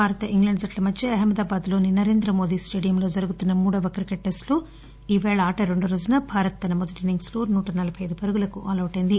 Bharat England జట్ల మధ్య అహ్మదాబాద్లోని నరేంద్రమోదీ స్టేడియంలో జరుగుతున్న మూడవ టెస్టులో ఈపేళ ఆట రెండవ రోజున భారత్ తన మొదటి ఇన్సింగ్సో నూట నలభై ఐదు పరుగులకు ఆలౌట్ అయింది